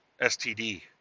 STD